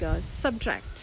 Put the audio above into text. subtract